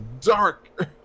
dark